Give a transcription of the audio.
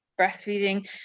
breastfeeding